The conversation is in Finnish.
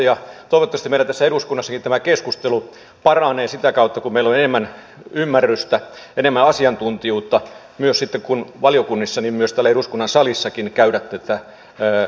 toivottavasti meillä tässä eduskunnassakin tämä keskustelu paranee sitä kautta kun meillä on enemmän ymmärrystä enemmän asiantuntijuutta sitten niin valiokunnissa kuin myös täällä eduskunnan salissakin käydä tätä keskustelua